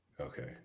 Okay